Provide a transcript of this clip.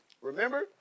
Remember